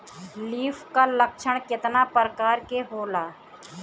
Leaf curl लक्षण केतना परकार के होला?